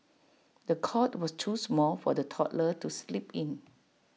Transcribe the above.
the cot was too small for the toddler to sleep in